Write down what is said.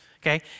Okay